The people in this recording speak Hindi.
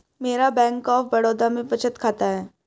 मेरा बैंक ऑफ बड़ौदा में बचत खाता है